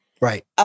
Right